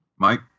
Mike